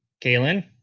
kaylin